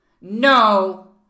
no